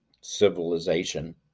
civilization